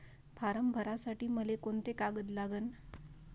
Form भरासाठी मले कोंते कागद लागन?